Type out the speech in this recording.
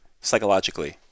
psychologically